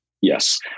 Yes